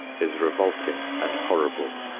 is revolting and horrible.